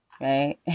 right